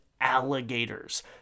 alligators